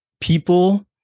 people